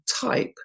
type